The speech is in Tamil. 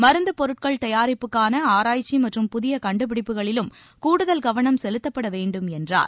மருந்தப் பொருட்கள் தயாரிப்புக்கான ஆராய்ச்சி மற்றும் புதிய கண்டுபிடிப்புகளிலும் கூடுதல் கவளம் செலுத்தப்பட வேண்டும் என்றார்